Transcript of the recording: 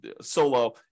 solo